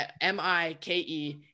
M-I-K-E